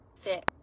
fit